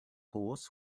horse